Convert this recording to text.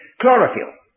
Chlorophyll